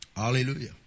Hallelujah